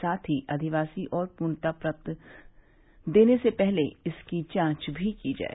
साथ ही अधिवासी और पूर्णता पत्र देने से पहले इसकी जांच भी की जाए